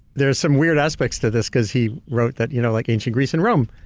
there's some weird aspects to this, because he wrote that you know like ancient greece and rome,